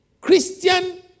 Christian